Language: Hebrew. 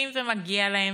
וצריכים, ומגיע להם,